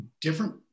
different